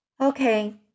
okay